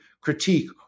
critique